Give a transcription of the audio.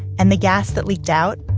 and the gas that leaked out,